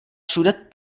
všude